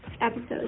episode